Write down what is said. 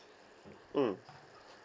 mm